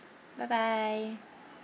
bye bye